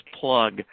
plug